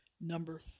number